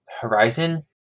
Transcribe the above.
Horizon